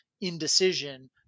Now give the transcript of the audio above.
indecision